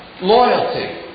Loyalty